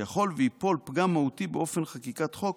שיכול שייפול פגם מהותי באופן חקיקת חוק